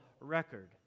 record